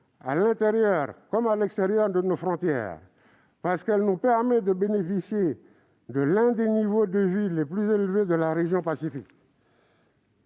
à l'intérieur comme à l'extérieur de nos frontières, parce qu'elle nous permet de bénéficier de l'un des niveaux de vie les plus élevés de la région Pacifique.